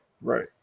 Right